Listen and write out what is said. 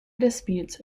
disputes